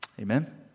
Amen